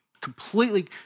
completely